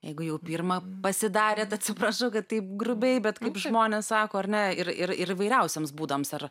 jeigu jau pirma pasidarėte atsiprašau kad taip grubiai bet kaip žmonės sako ar ne ir ir ir įvairiausiems būdams ar